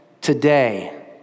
today